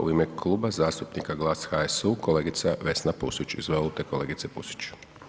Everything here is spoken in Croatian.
U ime Kluba zastupnika GLAS, HSU kolegica Vesna Pusić, izvolite kolegice Pusić.